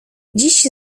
dziś